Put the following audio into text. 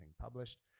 published